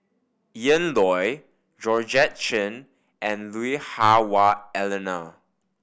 Ian Loy Georgette Chen and Lui Hah Wah Elena